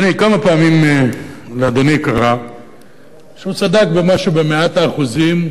כמה פעמים קרה לאדוני שהוא צדק במשהו במאת האחוזים,